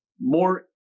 more